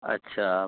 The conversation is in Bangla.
আচ্ছা